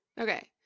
Okay